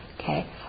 Okay